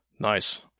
nice